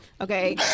Okay